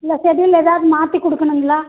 இல்லை செட்யூல் எதாவது மாற்றி கொடுக்கணுங்களா